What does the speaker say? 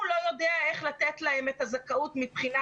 הוא לא יודע איך לתת להם את הזכאות מבחינה